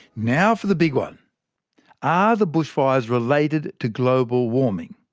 now for the big one are the bushfires related to global warming?